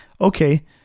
okay